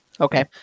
Okay